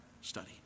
study